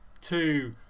two